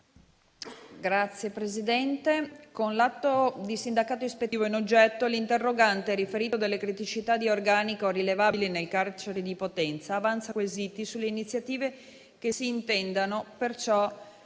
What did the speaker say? energetica*. Con l'atto di sindacato ispettivo in oggetto, l'interrogante, riferite le criticità di organico rilevabili nel carcere di Potenza, avanza quesiti sulle iniziative che si intendono perciò